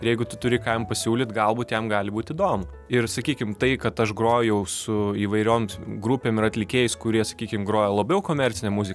ir jeigu tu turi ką jam pasiūlyt galbūt jam gali būt įdomu ir sakykim tai kad aš grojau su įvairiom grupėm ir atlikėjais kurie sakykim groja labiau komercinę muziką